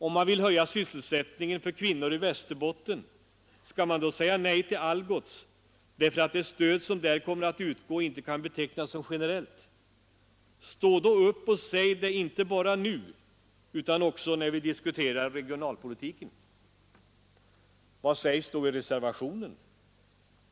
Om man vill höja sysselsättningen för kvinnor i Västerbotten, skall man då säga nej till Algots, därför att det stöd som där kommer att utgå inte kan betecknas som generellt? Stå då upp och säg det, inte bara nu utan också när vi diskuterar regionalpolitiken. Vad sägs då i reservationen?